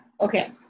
Okay